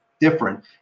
different